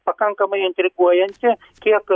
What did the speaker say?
pakankamai intriguojanti kiek